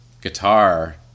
guitar